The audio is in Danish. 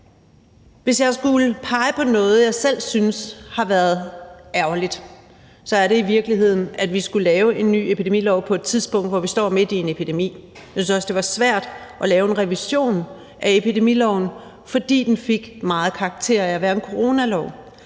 Hvis jeg havde skullet pege på noget, jeg selv synes har været ærgerligt, så er det i virkeligheden, at vi skulle lave en ny epidemilov på et tidspunkt, hvor vi står midt i en epidemi. Jeg synes også, det var svært at lave en revision af epidemiloven, fordi den fik meget karakter af at være en coronalov.